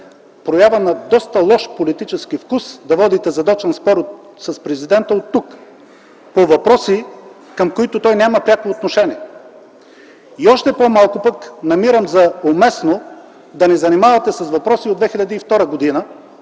проява на доста лош политически вкус да водите задочен спор с президента оттук по въпроси, към които той няма пряко отношение. И още по-малко пък намирам за уместно да ни занимавате с въпроси от 2002 г. и